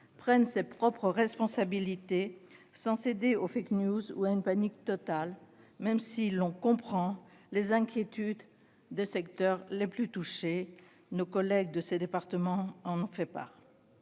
prenne ses propres responsabilités, sans céder aux ou à une panique totale, même si l'on comprend les inquiétudes dans les secteurs les plus touchés- nos collègues des départements concernés en ont fait part.